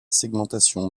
segmentation